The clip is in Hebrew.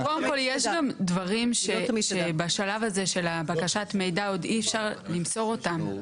קודם כל יש גם דברים שבשלב הזה של בקשת המידע עוד אי אפשר למסור אותם.